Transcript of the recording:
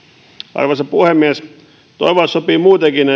arvoisa puhemies toivoa sopii muutenkin